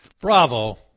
Bravo